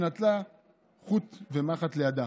ונטלה חוט ומחט לידיה.